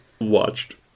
watched